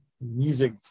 music